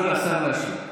תנו לשר להשיב.